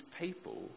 people